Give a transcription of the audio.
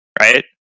right